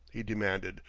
he demanded.